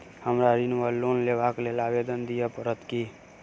हमरा ऋण वा लोन लेबाक लेल आवेदन दिय पड़त की?